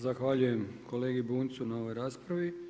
Zahvaljujem kolegi Bunjcu na ovoj raspravi.